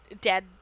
dead